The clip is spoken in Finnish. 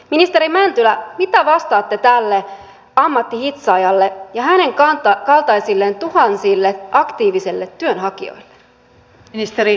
ministeri mäntylä mitä vastaatte tälle ammattihitsaajalle ja hänen kaltaisilleen tuhansille aktiivisille työnhakijoille